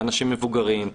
לאנשים מבוגרים.